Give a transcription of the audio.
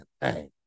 Hey